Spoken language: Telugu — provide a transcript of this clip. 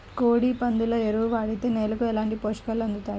కోడి, పందుల ఎరువు వాడితే నేలకు ఎలాంటి పోషకాలు అందుతాయి